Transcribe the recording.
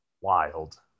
Wild